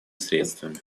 средствами